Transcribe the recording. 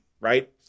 right